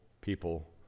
people